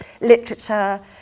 literature